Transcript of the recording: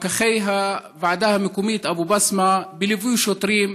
פקחי הוועדה המקומית אבו בסמה בליווי שוטרים.